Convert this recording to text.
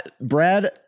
Brad